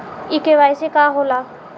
इ के.वाइ.सी का हो ला?